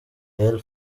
gael